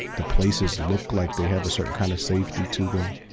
the places look like they have a certain kind of safety to them.